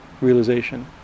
realization